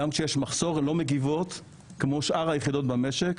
גם כשיש מחסור הן לא מגיבות כמו שאר היחידות במשק,